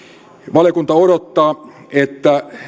valiokunta odottaa että